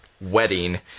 wedding